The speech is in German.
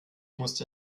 musste